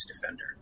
defender